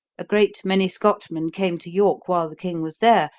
a great many scotchmen came to york while the king was there,